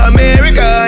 America